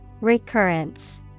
Recurrence